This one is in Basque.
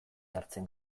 jartzen